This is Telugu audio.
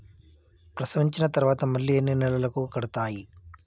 ప్రసవించిన తర్వాత మళ్ళీ ఎన్ని నెలలకు కడతాయి?